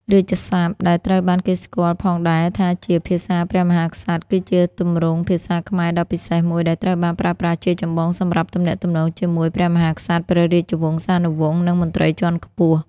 រាជសព្ទ ដែលត្រូវបានគេស្គាល់ផងដែរថាជា ភាសាព្រះមហាក្សត្រ គឺជាទម្រង់ភាសាខ្មែរដ៏ពិសេសមួយ ដែលត្រូវបានប្រើប្រាស់ជាចម្បងសម្រាប់ទំនាក់ទំនងជាមួយ ព្រះមហាក្សត្រ ព្រះរាជវង្សានុវង្ស និងមន្ត្រីជាន់ខ្ពស់។